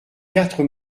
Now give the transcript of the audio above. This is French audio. quatre